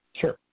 Sure